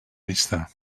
vista